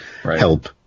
help